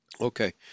Okay